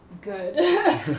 good